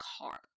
car